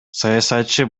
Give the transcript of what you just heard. саясатчы